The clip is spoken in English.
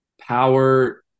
power